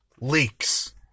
leaks